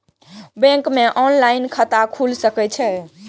Bank में online खाता खुल सके छे?